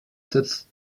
setzt